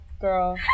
girl